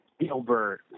Gilbert